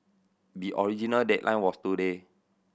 the original deadline was today